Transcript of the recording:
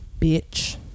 bitch